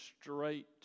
straight